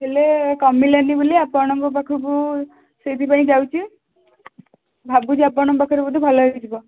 ହେଲେ କମିଲାନି ବୋଲି ଆପଣଙ୍କ ପାଖକୁ ସେଇଥିପାଇଁ ଯାଉଛି ଭାବୁଛି ଆପଣଙ୍କ ପାଖରେ ବୋଧେ ଭଲ ହେଇଯିବ